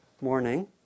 morning